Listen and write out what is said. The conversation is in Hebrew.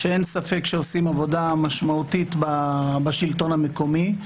שאין ספק שהם עושים עבודה משמעותית בשלטון המקומי,